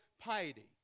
piety